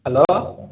hello